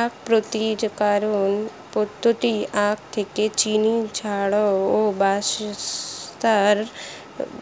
আখ প্রক্রিয়াকরণ পদ্ধতিতে আখ থেকে চিনি ছাড়াও বাতাসা,